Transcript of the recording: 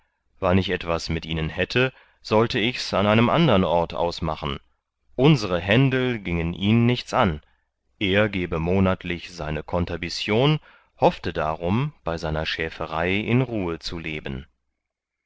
wann ich etwas mit ihnen hätte sollte ichs an einem andern ort ausmachen unsere händel giengen ihn nichts an er gebe monatlich seine konterbission hoffte darum bei seiner schäferei in ruhe zu leben